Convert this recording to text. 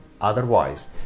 otherwise